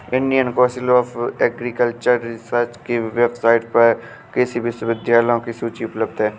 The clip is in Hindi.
Indian Council of Agricultural Research के वेबसाइट पर कृषि विश्वविद्यालयों की सूची उपलब्ध है